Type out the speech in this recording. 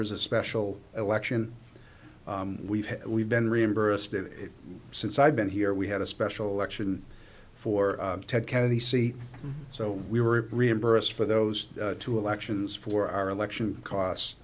is a special election we've had we've been reimbursed and since i've been here we had a special election for ted kennedy's seat so we were reimbursed for those two elections for our election costs